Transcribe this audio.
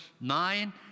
nine